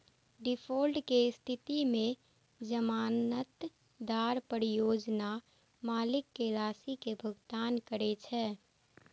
default के स्थिति मे जमानतदार परियोजना मालिक कें राशि के भुगतान करै छै